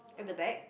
at the back